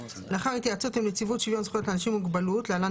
לאחר התייעצות עם נציבות שוויון זכויות לאנשים עם מוגבלות (להלן